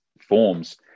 forms